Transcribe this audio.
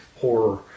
horror